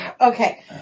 Okay